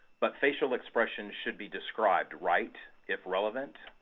but facial expressions should be described, right, if relevant?